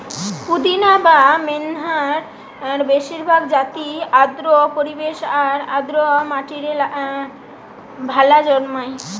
পুদিনা বা মেন্থার বেশিরভাগ জাতিই আর্দ্র পরিবেশ আর আর্দ্র মাটিরে ভালা জন্মায়